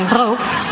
rookt